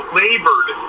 labored